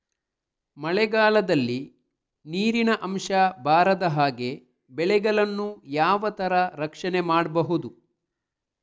ಮಳೆಗಾಲದಲ್ಲಿ ನೀರಿನ ಅಂಶ ಬಾರದ ಹಾಗೆ ಬೆಳೆಗಳನ್ನು ಯಾವ ತರ ರಕ್ಷಣೆ ಮಾಡ್ಬಹುದು?